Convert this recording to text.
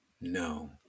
No